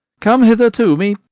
come hither to me.